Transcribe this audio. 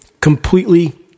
completely